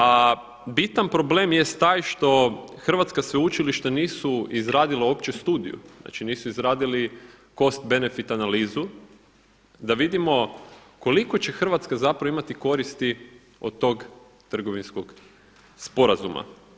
A bitan problem jest taj što hrvatska sveučilišta nisu izradila uopće studiju, znači nisu izradili cost benefit analizu da vidimo koliko će Hrvatska zapravo imati koristi od tog trgovinskog sporazuma.